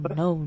no